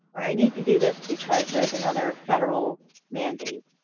or i need to do this because there's another federal mandate,